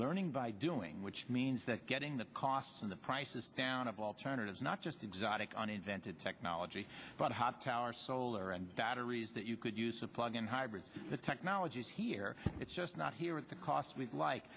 learning by doing which means that getting the costs and the prices down of alternatives not just exotic uninvented technology but hot tower solar and batteries that you could use a plug in hybrid the technology is here it's just not here at the cost we like